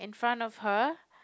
in front of her